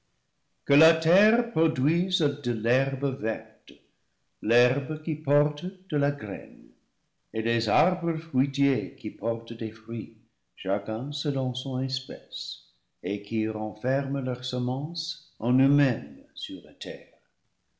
que la terre produise de l'herbe verte l'herbe qui porte de la graine et les arbres fruitiers qui portent des fruits cha cun selon son espèce et qui renferment leur semence en eux mêmes sur la terre